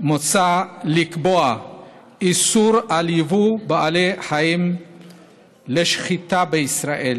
מוצע לקבוע איסור על יבוא בעלי חיים לשחיטה בישראל.